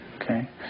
Okay